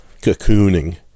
cocooning